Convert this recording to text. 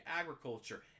agriculture